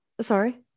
sorry